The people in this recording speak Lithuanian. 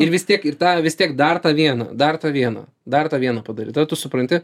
ir vis tiek ir tą vis tiek dar tą vieną dar tą vieną dar tą vieną padaryt tada tu supranti